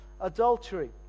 adultery